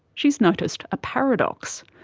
she's noticed a paradox,